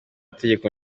tegeko